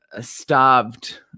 starved